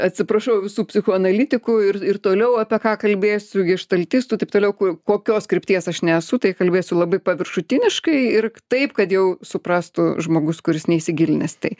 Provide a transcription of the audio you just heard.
atsiprašau visų psichoanalitikų ir ir toliau apie ką kalbėsiu geštaltisų taip toliau kur kokios krypties aš nesu tai kalbėsiu labai paviršutiniškai ir taip kad jau suprastu žmogus kuris neįsigilinęs tai